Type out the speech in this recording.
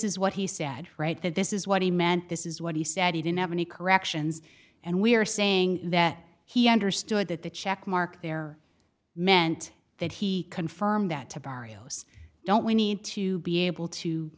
is what he said right that this is what he meant this is what he said he didn't have any corrections and we are saying that he understood that the check mark there meant that he confirmed that to barrios don't we need to be able to